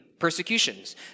Persecutions